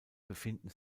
befinden